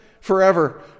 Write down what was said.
forever